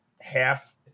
half